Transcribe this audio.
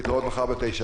להתראות מחר בתשע.